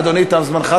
אדוני, תם זמנך.